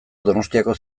donostiako